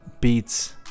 Beats